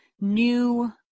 new